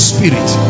Spirit